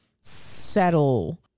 settle